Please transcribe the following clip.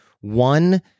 One